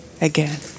again